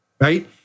right